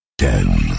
Ten